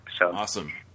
Awesome